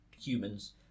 humans